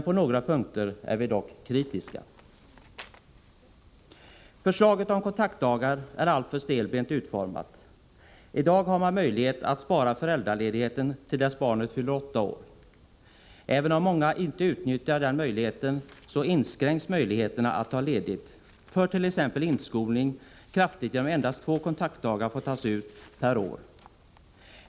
På några punkter är vi dock kritiska. Förslaget om kontaktdagar är alltför stelbent utformat. I dag har man möjlighet att spara föräldraledigheten till dess barnet fyller åtta år. Även om många inte utnyttjar den möjligheten, inskränks kraftigt möjligheterna att ta ledigt fört.ex. inskolning genom att endast två kontaktdagar får tas ut per år.